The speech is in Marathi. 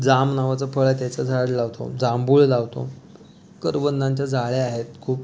जाम नावाचं फळ आहे त्याचं झाड लावतो जांभूळ लावतो करवंदांच्या जाळ्या आहेत खूप